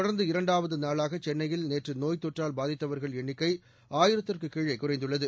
தொடர்ந்து இரண்டாவது நளாக சென்னையில் நேற்று நோய்த் தொற்றால் பாதித்தவர்கள் எண்ணிக்கை ஆயிரத்திற்கு கீழே குறைந்துள்ளது